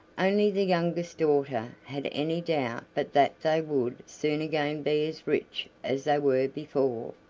only the youngest daughter had any doubt but that they would soon again be as rich as they were before,